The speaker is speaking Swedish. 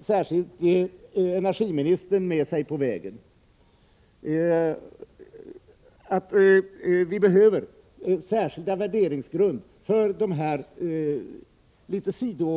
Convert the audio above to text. Särskilt till energiministern skulle jag vilja säga att vi behöver speciella värderingsgrunder för de här